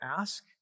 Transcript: ask